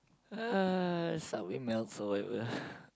uh Subway melts or whatever